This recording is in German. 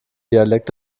dialekt